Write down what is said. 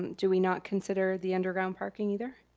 do we not consider the underground parking either?